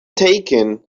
taken